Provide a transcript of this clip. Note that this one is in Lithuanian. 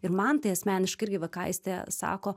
ir man tai asmeniškai irgi va ką aistė sako